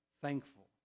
thankful